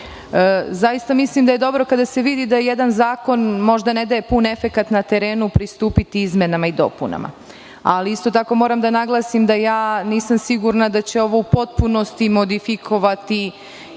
zaista mislim da je dobro kada se vidi da jedan zakon možda ne daje pun efekat na terenu pristupiti izmenama i dopunama. Isto tako, moram da naglasim da nisam sigurna da će ovo u potpunosti modifikovati